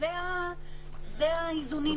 אלה האיזונים שניסינו לעשות.